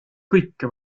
kõike